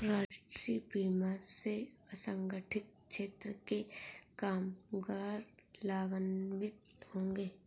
राष्ट्रीय बीमा से असंगठित क्षेत्र के कामगार लाभान्वित होंगे